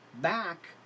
back